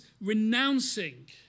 renouncing